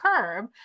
curb